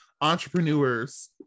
Entrepreneurs